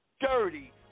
dirty